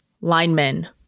linemen